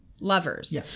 lovers